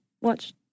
watch